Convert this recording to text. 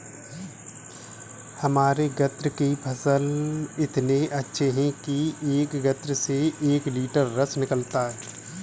हमारे गन्ने के फसल इतने अच्छे हैं कि एक गन्ने से एक लिटर रस निकालता है